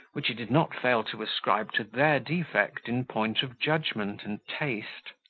which he did not fail to ascribe to their defect in point of judgment and taste.